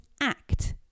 act